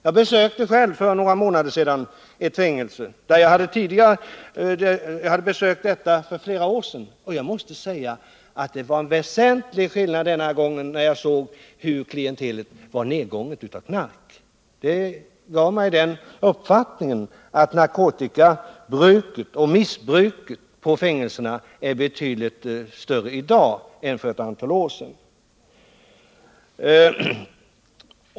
Jag besökte själv för några månader sedan ett fängelse som jag besökt tidigare, för flera år sedan, och jag måste säga att det var en väsentlig skillnad denna gång, när jag såg hur klientelet var nedgånget av knark. Det gav mig uppfattningen att narkotikamissbruket på fängelserna är betydligt mera omfattande i dag än för ett antal år sedan.